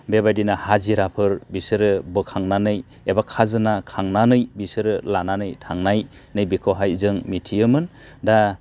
बेबायदिनो हाजिराफोर बिसोरो बोखांनानै एबा खाजोना खांनानै बिसोरो लानानै थांनाय नैबेखौहाय जों मिथियोमोन दा